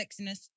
sexiness